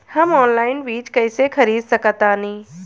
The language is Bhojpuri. हम ऑनलाइन बीज कईसे खरीद सकतानी?